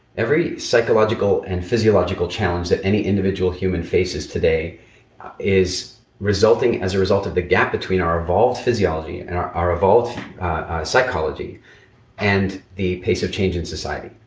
psychological and physiological challenge that any individual human faces today is resulting as a result of the gap between our evolved physiology and our our evolved psychology and the pace of change in society.